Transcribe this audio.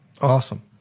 Awesome